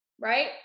Right